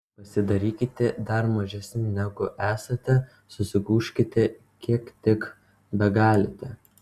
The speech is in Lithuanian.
pasidarykite dar mažesni negu esate susigūžkite kiek tik begalite